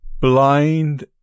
blind